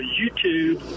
youtube